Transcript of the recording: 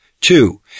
Two